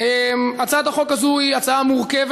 הנמקה מהמקום.